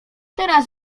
teraz